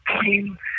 team